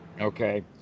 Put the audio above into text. Okay